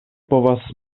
povas